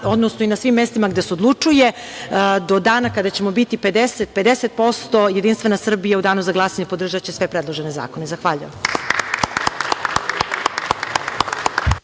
odnosno i na svim mestima gde se odlučuje do dana kada ćemo biti 50:50%, JS u danu za glasanje podržaće sve predložene zakone. Zahvaljujem.